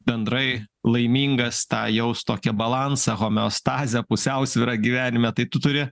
bendrai laimingas tą jaust tokią balansą homeostazę pusiausvyrą gyvenime tai tu turi